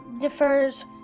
differs